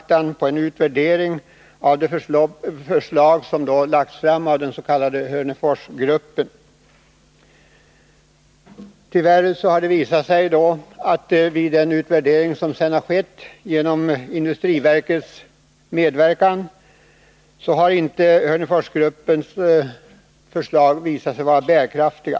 Tyvärr har det vid den utvärdering som sedan skett med industriverkets medverkan visat sig att Hörneforsgruppens förslag inte är bärkraftiga.